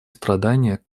страдания